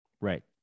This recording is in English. Right